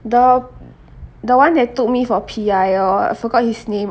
the the one that took me for P_I orh I forgot his name